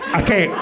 okay